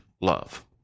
love